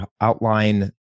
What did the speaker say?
outline